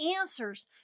answers